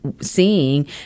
seeing